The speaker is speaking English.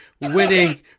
winning